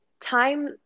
time